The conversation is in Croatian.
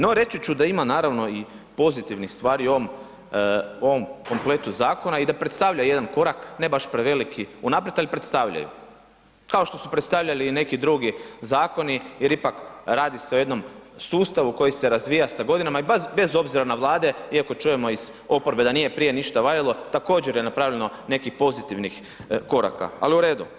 No, reći ću da ima naravno i pozitivnih stvari u ovom kompletu zakona i da predstavlja jedan korak, ne baš preveliki unaprijed, ali predstavljaju, kao što su predstavljali i neki drugi zakoni jer ipak radi se o jednom sustavu koji se razvija sa godinama i baš bez obzira na Vlade iako čujemo iz oporbe da nije prije ništa valjalo, također je napravljeno nekih pozitivnih koraka, al u redu.